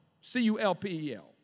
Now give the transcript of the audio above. C-U-L-P-E-L